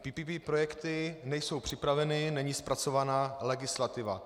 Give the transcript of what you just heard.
PPP projekty nejsou připraveny, není zpracovaná legislativa.